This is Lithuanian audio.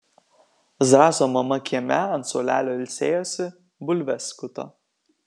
zrazo mama kieme ant suolelio ilsėjosi bulves skuto